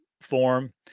form